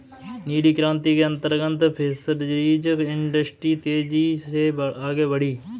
नीली क्रांति के अंतर्गत फिशरीज इंडस्ट्री तेजी से आगे बढ़ी